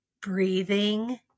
breathing